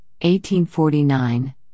1849